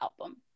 album